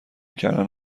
کردن